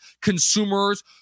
consumers